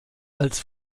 als